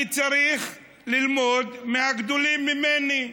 אני צריך ללמוד מהגדולים ממני.